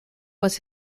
was